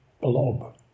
blob